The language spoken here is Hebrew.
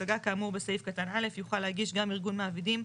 השגה כאמור בסעיף קטן א' יוכל להגיש גם ארגון מעבידים,